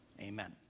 Amen